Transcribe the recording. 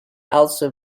also